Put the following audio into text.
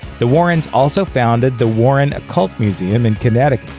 the warrens also founded the warren occult museum in connecticut,